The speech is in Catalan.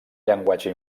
llenguatge